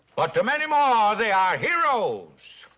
but to many more they are heroes.